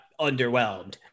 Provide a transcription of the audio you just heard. underwhelmed